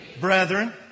brethren